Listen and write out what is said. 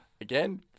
again